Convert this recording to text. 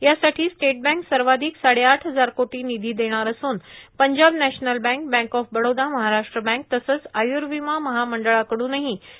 यासाठी state bank सर्वाधिक साडेआठ हजार कोटी निधी देणार असून Punjab national bank bank of Baroda Maharashtra bank तसंच आयूर्विमा महामंडळाकडूनही निधी मिळणार आहे